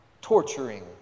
torturing